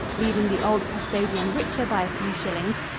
leaving the old custodian richer by a few shillings,